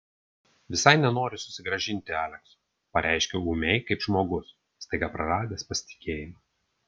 visai nenoriu susigrąžinti alekso pareiškiau ūmiai kaip žmogus staiga praradęs pasitikėjimą